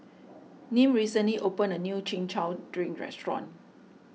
Nim recently opened a new Chin Chow Drink restaurant